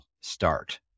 start